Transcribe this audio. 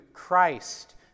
Christ